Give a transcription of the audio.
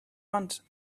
want